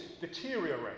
deteriorate